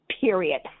Period